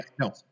no